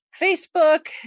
Facebook